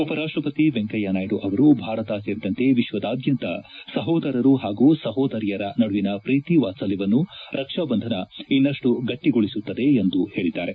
ಉಪರಾಷ್ಕ ಪತಿ ವೆಂಕಯ್ಯನಾಯ್ತು ಅವರು ಭಾರತ ಸೇರಿದಂತೆ ವಿಶ್ಲದಾದ್ಯಂತ ಸಹೋದರರು ಹಾಗೂ ಸಹೋದರಿಯರ ನಡುವಿನ ಪ್ರೀತಿ ವಾತ್ಸಲ್ಯವನ್ನು ರಕ್ಷಾಬಂಧನ ಇನ್ನಷ್ಟು ಗಟ್ಟಿಗೊಳಿಸುತ್ತದೆ ಎಂದು ಹೇಳಿದ್ದಾರೆ